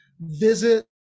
visit